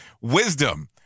Wisdom